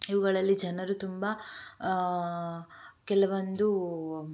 ಇವುಗಳಲ್ಲಿ ಜನರು ತುಂಬ ಕೆಲವೊಂದು